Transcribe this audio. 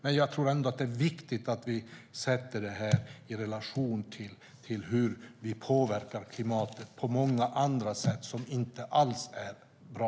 Men jag tror ändå att det är viktigt att vi sätter det här i relation till hur vi påverkar klimatet på många andra sätt som inte alls är bra.